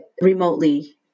remotely